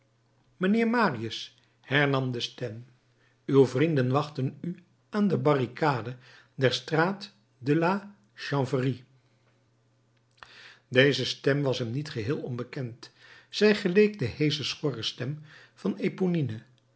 mijnheer marius hernam de stem uw vrienden wachten u aan de barricade der straat de la chanvrerie deze stem was hem niet geheel onbekend zij geleek de heesche schorre stem van